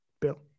Bill